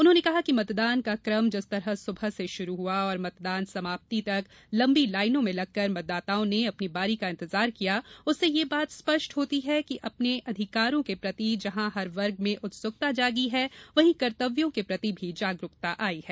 उन्होंने कहा कि मतदान का कम जिस तरह सुबह से शुरू हआ और मतदान समाप्ति तक लंबी लाइनों में लगकर मतदाताओं ने अपनी बारी का इतजार किया उससे ये बात स्पष्ट होती है कि अपने अधिकारों के प्रति जहां हर वर्ग में उत्सुकता जागी है वहीं कर्तव्यों के प्रति भी जागरुकता आई है